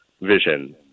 vision